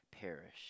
perish